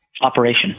operation